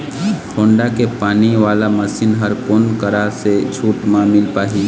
Honda के पानी वाला मशीन हर कोन करा से छूट म मिल पाही?